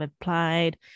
applied